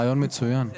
רעיון מצוין.